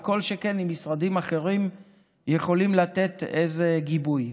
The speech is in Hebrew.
וכל שכן אם משרדים אחרים יכולים לתת איזה גיבוי.